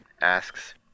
asks